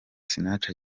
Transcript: sinach